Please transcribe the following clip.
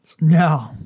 No